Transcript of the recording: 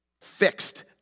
Fixed